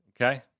Okay